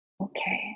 Okay